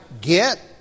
get